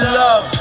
love